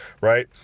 right